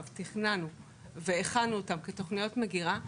תכננו והכנו אותן כתוכניות מגירה,